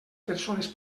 persones